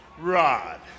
rod